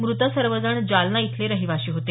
मृत सर्वजण जालना इथले रहीवाशी होते